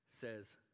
says